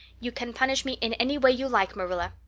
you can punish me in any way you like, marilla.